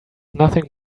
nothing